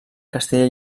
castella